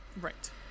right